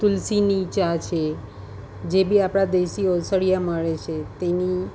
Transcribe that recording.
તુલસીની ચા છે જે બી આપણાં દેશી ઓસડિયાં મળે છે તેની